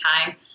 time